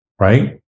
right